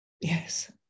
Yes